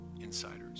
insiders